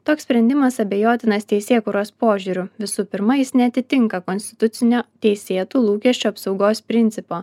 toks sprendimas abejotinas teisėkūros požiūriu visų pirma jis neatitinka konstitucinio teisėtų lūkesčių apsaugos principo